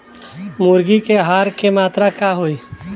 मुर्गी के आहार के मात्रा का होखे?